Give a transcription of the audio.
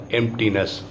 emptiness